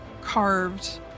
carved